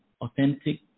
authentic